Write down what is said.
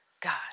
God